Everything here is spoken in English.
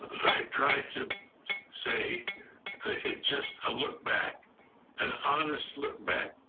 i tried to say it just a look back an honest look back,